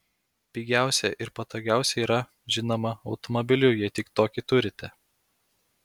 pigiausia ir patogiausia yra žinoma automobiliu jei tik tokį turite